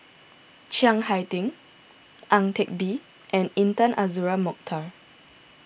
Chiang Hai Ding Ang Teck Bee and Intan Azura Mokhtar